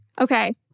Okay